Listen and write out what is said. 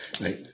right